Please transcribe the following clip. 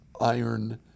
iron